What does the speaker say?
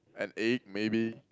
an egg maybe